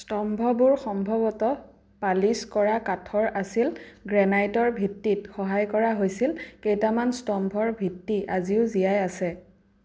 স্তম্ভবোৰ সম্ভৱতঃ পালিছ কৰা কাঠৰ আছিল গ্ৰেনাইটৰ ভিত্তিত সহায় কৰা হৈছিল কেইটামান স্তম্ভৰ ভিত্তি আজিও জীয়াই আছে